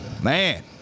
Man